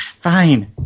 Fine